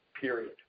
period